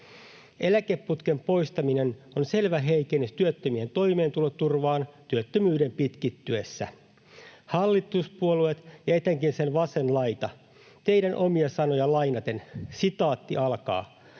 Eläkeputken poistaminen on selvä heikennys työttömien toimeentuloturvaan työttömyyden pitkittyessä. Hallituspuolueet ja etenkin sen vasen laita, teidän omia sanojanne lainaten: "Kuinka